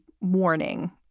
warning